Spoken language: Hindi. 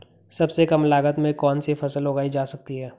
सबसे कम लागत में कौन सी फसल उगाई जा सकती है